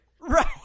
Right